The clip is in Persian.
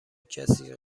کسی